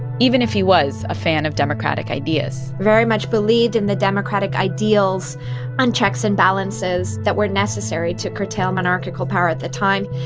even if he was a fan of democratic ideas very much believed in the democratic ideals and checks and balances that were necessary to curtail monarchical power at the time.